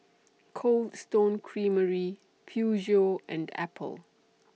Cold Stone Creamery Peugeot and Apple